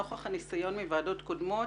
נוכח הניסיון מוועדות קודמות,